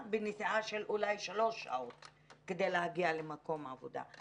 בנסיעה של אולי שלוש שעות כדי להגיע למקום העבודה.